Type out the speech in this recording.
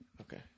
Okay